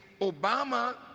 Obama